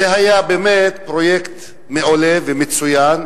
זה היה באמת פרויקט מעולה ומצוין,